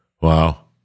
Wow